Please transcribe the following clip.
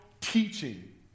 teaching